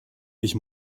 ich